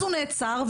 הוא נעצר,